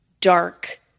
dark